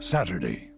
Saturday